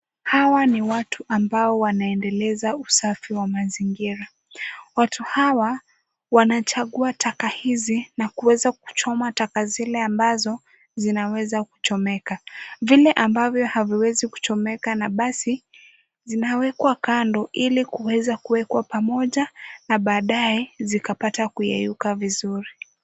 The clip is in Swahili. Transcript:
Hawa ni watu ambao wanaendeleza usafi wa mazingira. Watu hawa wanachagua taka hizi na kuweza kuchoma taka zile ambazo zinaweza kuchomeka. Vile ambavyo haviwezi kuchomeka na basi zinawekwa kando ili kuweza kuwekwa pamoja na baadaye zikapata kuyeyuka vizuri.